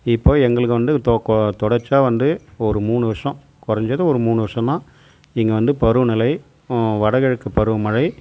இப்போ எங்களுக்கு வந்து தொ கோ தொடர்ச்சியாக வந்து ஒரு மூணு வருஷம் குறஞ்சது ஒரு மூணு வருஷம் தான் இங்கே வந்து பருவ நிலை வடகிழக்கு பருவ மழை